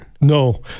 No